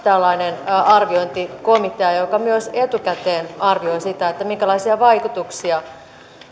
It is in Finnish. tällainen arviointikomitea joka myös etukäteen arvioi sitä minkälaisia vaikutuksia